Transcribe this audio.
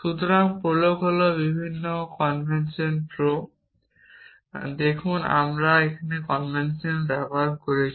সুতরাং প্রোলগ হল এই ভিন্ন কনভেনশন প্রো দেখুন আমরা একটি কনভেনশন ব্যবহার করছি